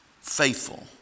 faithful